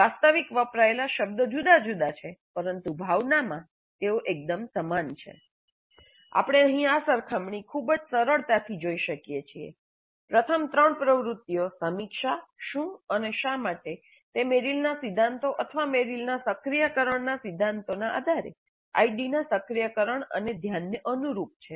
વાસ્તવિક વપરાયેલા શબ્દો જુદા જુદા છે પરંતુ ભાવનામાં તેઓ એકદમ સમાન છે આપણે અહીં આ સરખામણી ખૂબ જ સરળતાથી જોઈ શકીએ છીએ પ્રથમ ત્રણ પ્રવૃત્તિઓ સમીક્ષા શું અને શા માટે તે મેરિલના સિદ્ધાંતો અથવા મેરિલના સક્રિયકરણના સિદ્ધાંતના આધારે આઈડી ના સક્રિયકરણ અને ધ્યાનને અનુરૂપ છે